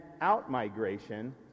out-migration